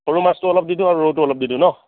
সৰু মাছটো অলপ দি দিওঁ আৰু ৰৌটো অলপ দি দিওঁ ন